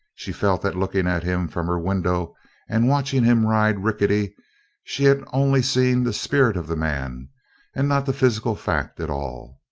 she felt that looking at him from her window and watching him ride rickety she had only seen the spirit of the man and not the physical fact at all.